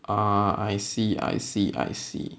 ah I see I see I see